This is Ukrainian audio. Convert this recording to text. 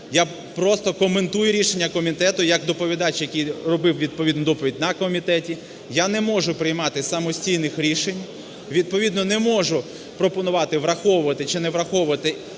Я просто коментую рішення комітету як доповідач, який робив відповідну доповідь на комітеті. Я не можу приймати самостійних рішень, відповідно не можу пропонувати враховувати чи не враховувати